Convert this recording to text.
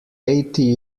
eighty